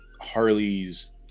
harley's